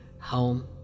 home